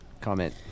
comment